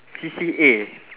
C_C_A